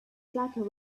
slacker